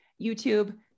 youtube